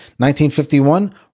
1951